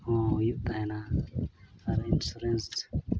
ᱦᱚᱸ ᱦᱩᱭᱩᱜ ᱛᱟᱦᱮᱱᱟ ᱟᱨ